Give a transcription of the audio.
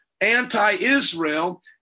anti-Israel